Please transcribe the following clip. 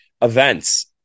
Events